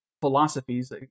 philosophies